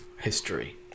history